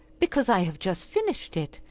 because i have just finished it,